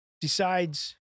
decides